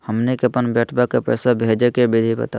हमनी के अपन बेटवा क पैसवा भेजै के विधि बताहु हो?